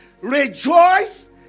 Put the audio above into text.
Rejoice